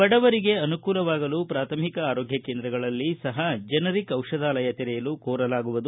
ಬಡವರಿಗೆ ಅನುಕೂಲವಾಗಲು ಪ್ರಾಥಮಿಕ ಆರೋಗ್ಯ ಕೇಂದ್ರಗಳಲ್ಲಿ ಸಹ ಜೆನರಿಕ್ ಡಿಷಧಾಲಯ ತೆರೆಯಲು ಕೋರಲಾಗುವುದು